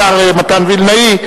השר מתן וילנאי,